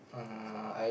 uh I